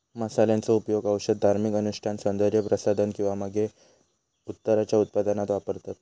मसाल्यांचो उपयोग औषध, धार्मिक अनुष्ठान, सौन्दर्य प्रसाधन किंवा मगे उत्तराच्या उत्पादनात वापरतत